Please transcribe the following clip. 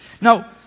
Now